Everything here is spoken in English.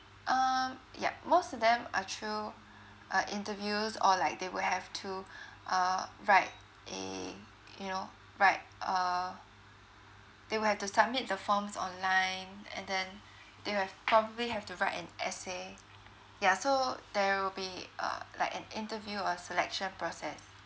um yup most of them are through uh interviews or like they will have to uh write a you know write a they will have to submit the forms online and then they have probably have to write an essay yeah so there will be uh like an interview or selection process